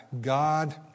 God